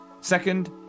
Second